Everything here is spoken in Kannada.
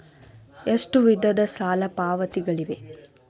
ಎಷ್ಟು ವಿಧದ ಸಾಲ ಪಾವತಿಗಳಿವೆ?